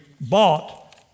bought